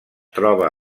troba